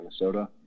Minnesota